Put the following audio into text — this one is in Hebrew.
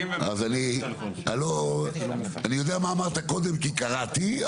אז אני, לא, אני יודע מה אמרת קודם, כי קראתי.